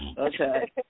Okay